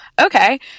okay